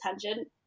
tangent